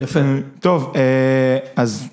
‫טוב, אז...